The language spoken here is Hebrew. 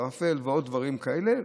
ערפל ועוד דברים כאלה,